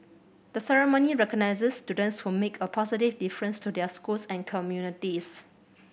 the ceremony recognises students who make a positive difference to their schools and communities